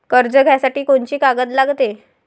कर्ज घ्यासाठी कोनची कागद लागते?